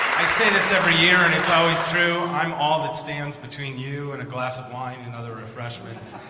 i say this every year, and it's always true. i'm all that stands between you and a glass of wine and other refreshments.